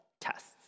tests